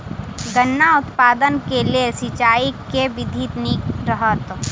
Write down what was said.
गन्ना उत्पादन केँ लेल सिंचाईक केँ विधि नीक रहत?